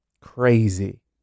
Crazy